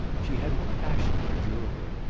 she had a passion for jewellery,